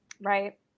Right